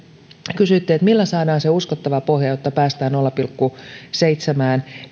kysyitte millä saadaan se uskottava pohja jotta päästään nolla pilkku seitsemään